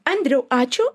andriau ačiū